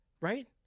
right